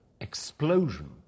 explosion